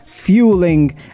fueling